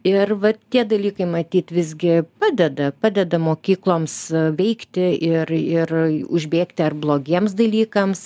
ir va tie dalykai matyt visgi padeda padeda mokykloms veikti ir ir užbėgti ar blogiems dalykams